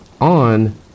on